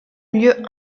lieu